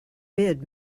bid